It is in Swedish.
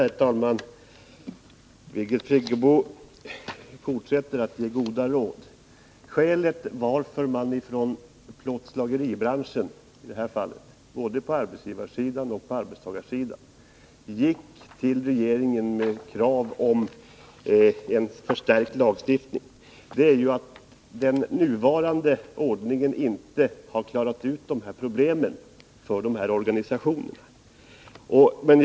Herr talman! Birgit Friggebo fortsätter att ge goda råd. Skälet till att man från plåtslageribranschen — både på arbetsgivarsidan och på arbetstagarsidan — gick till regeringen med ett krav på en förstärkt lagstiftning är att man med den nuvarande ordningen inte kunnat klara ut de här organisationernas problem.